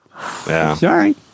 Sorry